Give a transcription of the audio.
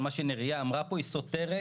בשאלה האם ייחתם או לא ייחתם הסכם לאשפוז בית.